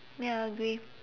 ya agree